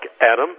Adam